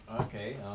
Okay